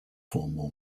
formal